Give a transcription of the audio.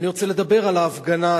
אני רוצה לדבר על ההפגנה עצמה,